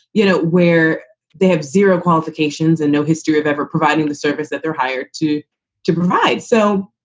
you know, where they have zero qualifications and no history of ever providing the service that they're hired to to provide. so,